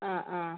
ആ ആ